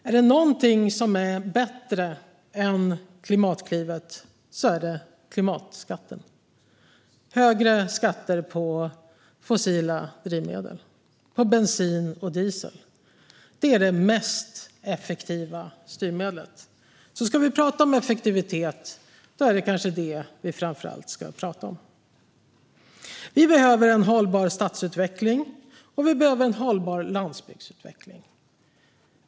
Är det något som är bättre än Klimatklivet så är det klimatskatten - högre skatter på fossila drivmedel, på bensin och diesel. Det är det effektivaste styrmedlet. Ska vi prata om effektivitet är det kanske detta vi framför allt ska prata om. Vi behöver en hållbar stadsutveckling, och vi behöver en hållbar landsbygdsutveckling.